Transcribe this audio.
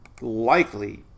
likely